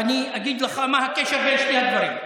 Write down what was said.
ואני אגיד לך מה הקשר בין שני הדברים.